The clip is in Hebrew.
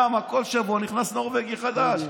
למה כל שבוע נכנס נורבגי חדש.